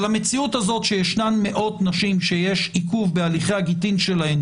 אבל המציאות הזאת שישנן מאות נשים שיש עיכוב בהליכי הגיטין שלהן